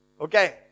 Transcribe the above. Okay